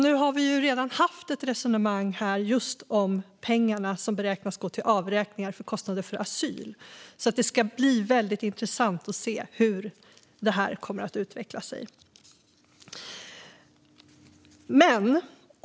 Nu har vi redan haft ett resonemang just om de pengar som beräknats gå till avräkningar för kostnader för asyl. Det ska bli väldigt intressant att se hur detta kommer att utveckla sig.